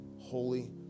Holy